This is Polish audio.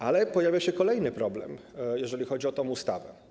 Ale pojawia się kolejny problem, jeżeli chodzi o tę ustawę.